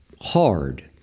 hard